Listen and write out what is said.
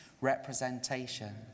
representation